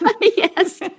Yes